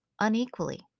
unequally